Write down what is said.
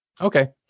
Okay